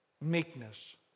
meekness